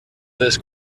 this